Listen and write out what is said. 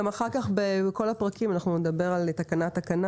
גם אחר כך בכל הפרקים נדבר תקנה-תקנה,